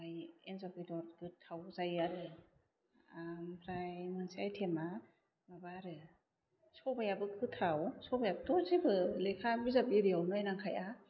ओमफ्राइ एन्जर बेदर गोथाव जायो आरो आमफ्राय मोनसे आयथेमा माबा आरो सबायाबो गोथाव सबायाथ' जेबो लेखा बिजाब इरियाव नायनां खाया